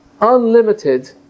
unlimited